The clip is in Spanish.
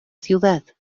ciudad